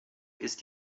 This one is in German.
ist